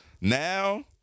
now